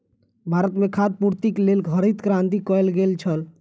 भारत में खाद्य पूर्तिक लेल हरित क्रांति कयल गेल छल